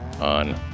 on